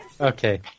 Okay